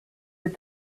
with